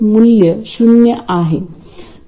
तर ही आवश्यक कल्पना होती